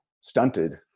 stunted